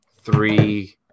three